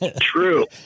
True